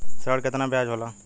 ऋण के कितना ब्याज होला?